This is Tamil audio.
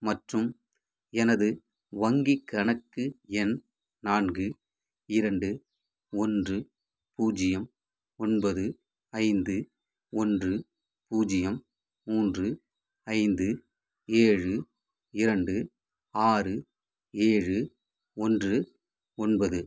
மற்றும் எனது வங்கிக் கணக்கு எண் நான்கு இரண்டு ஒன்று பூஜ்யம் ஒன்பது ஐந்து ஒன்று பூஜ்யம் மூன்று ஐந்து ஏழு இரண்டு ஆறு ஏழு ஒன்று ஒன்பது